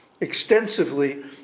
extensively